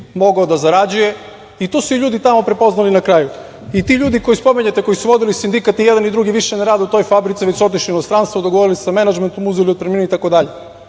mogao da zarađuje i to su ljudi tamo prepoznali na kraju i ti ljudi koji spominjete, koji su vodili sindikat i jedan i drugi više ne rade u toj fabrici, već su otišli u inostranstvo, dogovorili sa menadžmentom, uzeli otpremnine, itd.U